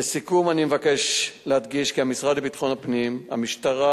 לסיכום אני מבקש להדגיש כי המשרד לביטחון הפנים והמשטרה